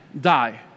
die